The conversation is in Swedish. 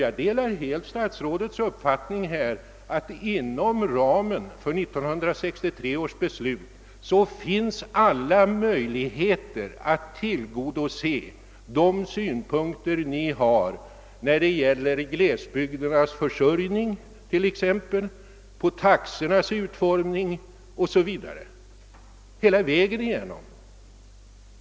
Jag delar här helt statsrådets uppfattning, ati det inom ramen för 1963 års trafikbeslut finns alla möjligheter ait tillgodose de synpunkter, som här i debatten framförts då det t.ex. gällde glesbygdernas trafikförsörjning, taxornas utformning o.s.v. hela vägen igenom.